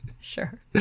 sure